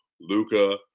Luca